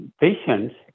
patients